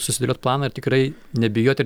susidėliot planą ir tikrai nebijoti